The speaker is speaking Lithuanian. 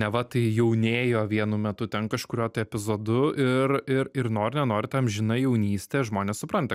neva tai jau nėjo vienu metu ten kažkuriuo tai epizodu ir ir ir nori nenori tą amžinai jaunystė žmonės supranta